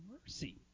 mercy